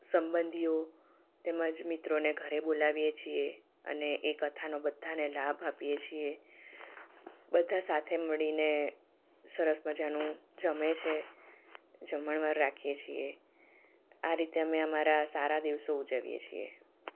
સંબંધીઓ તેમ જ મિત્રોને ઘરે બોલાવીએ છીએ અને એ કથાનો બધાંને લાભ આપીએ છીએ બધા સાથે મળીને સરસ મજાનું જમે છે જમણવાર રાખીએ છીએ આ રીતે અમે અમારા સારા દિવસો ઉજવીએ છીએ